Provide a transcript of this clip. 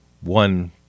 One